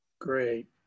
great